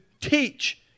teach